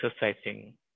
exercising